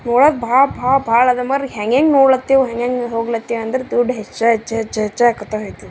ನೋಡೋಕೆ ಭಾಳ ಭಾಳ ಭಾಳ ಅದು ಮರ್ರೆ ಹೆಂಗೆಂಗೆ ನೋಡ್ಲತ್ತೇವು ಹೇಗೇಗೆ ಹೋಗ್ಲತ್ತೆ ಅಂದರೆ ದುಡ್ಡು ಹೆಚ್ಚು ಹೆಚ್ಚು ಹೆಚ್ಚು ಹೆಚ್ಚು ಆಕತ್ತ ಹೋಯ್ತದೆ